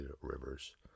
rivers